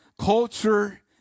culture